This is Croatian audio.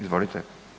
Izvolite.